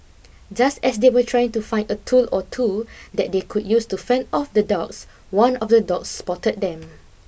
just as they were trying to find a tool or two that they could use to fend off the dogs one of the dogs spotted them